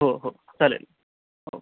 हो हो चालेल हो